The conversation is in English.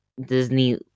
Disney